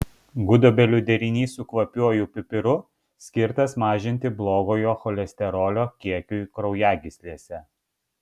gudobelių derinys su kvapiuoju pipiru skirtas mažinti blogojo cholesterolio kiekiui kraujagyslėse